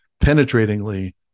penetratingly